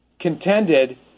contended